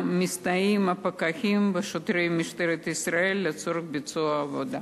מסתייעים הפקחים בשוטרי משטרת ישראל לצורך ביצוע העבודה.